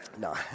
No